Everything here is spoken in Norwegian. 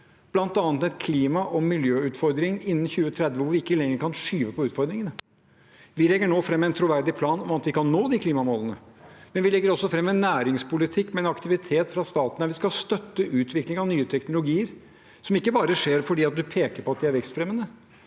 bl.a. et klima- og miljømål for 2030 der vi ikke lenger kan skyve på utfordringene. Vi legger nå fram en troverdig plan for at vi kan nå de klimamålene, men vi legger også fram en næringspolitikk med aktivitet fra staten der vi skal støtte utvikling av nye teknologier, som ikke bare skjer fordi man peker på at de er vekst